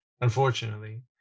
unfortunately